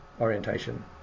orientation